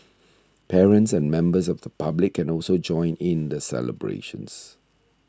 parents and members of the public can also join in the celebrations